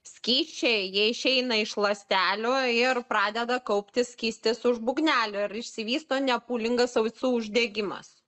skysčiai jie išeina iš ląstelių ir pradeda kauptis skystis už būgnelio ir išsivysto nepūlingas ausų uždegimas